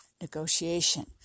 negotiation